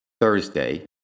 Thursday